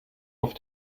auf